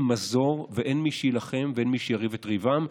מזור ואין מי שיילחם ואין מי שיריב את ריבם.